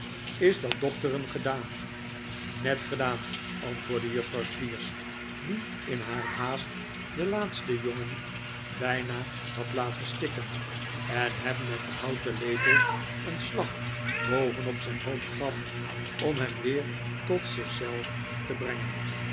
is dat dokteren gedaan net gedaan antwoordde juffrouw squeers die in haar haast den laatsten jongen bijna had laten stikken en hem met den houten lepel een slag boven op zijn hoofd gaf om hem weer tot zich zelf te brengen